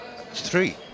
Three